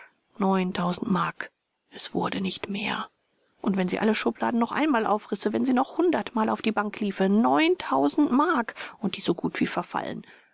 neuntausend mark es wurde nicht mehr und wenn sie alle schubladen noch einmal aufrisse wenn sie noch hundertmal auf die bank liefe neuntausend mark und die so gut wie verfallen